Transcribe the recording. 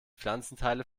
pflanzenteile